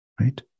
right